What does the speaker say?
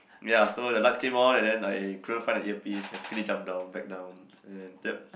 ya so the lights came on and then I couldn't find the earpiece I quickly jump down back down and then yup